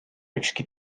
ükski